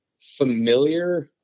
familiar